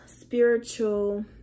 spiritual